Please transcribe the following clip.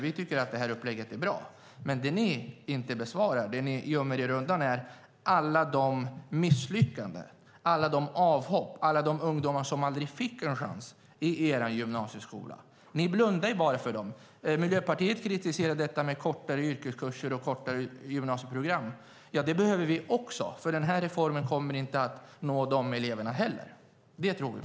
Vi tycker att upplägget i fråga är bra. Men ni ger inget svar om och gömmer er undan alla misslyckanden, alla avhopp och alla ungdomar som aldrig fick en chans i er gymnasieskola. Ni blundar bara för det här. Miljöpartiet kritiserar detta med kortare yrkeskurser och kortare gymnasieprogram. Ja, också det behöver vi åtgärda, för inte heller den här reformen kommer att nå de eleverna, tror jag.